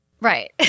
Right